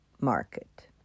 market